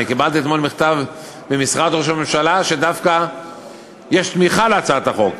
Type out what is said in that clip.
אני קיבלתי אתמול מכתב ממשרד ראש הממשלה שדווקא יש תמיכה בהצעת החוק.